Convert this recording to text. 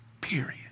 Period